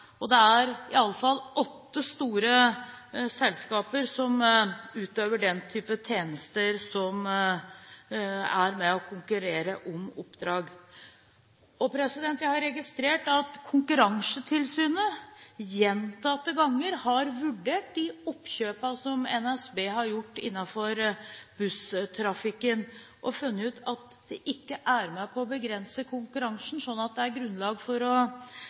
Det er i alle fall åtte store selskaper som utfører den type tjenester, og som er med på å konkurrere om oppdrag. Jeg har registrert at Konkurransetilsynet gjentatte ganger har vurdert de oppkjøpene som NSB har gjort innenfor busstrafikken, og funnet ut at de ikke er med på å begrense konkurransen sånn at det er grunnlag for å